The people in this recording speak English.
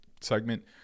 segment